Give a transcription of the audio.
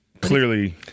clearly